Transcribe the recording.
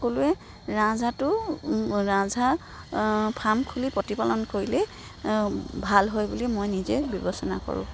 সকলোৱে ৰাজহাঁহটো ৰাজহাঁহ ফাৰ্ম খুলি প্ৰতিপালন কৰিলে ভাল হয় বুলি মই নিজে বিবেচনা কৰোঁ